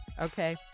okay